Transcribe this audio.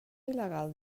il·legal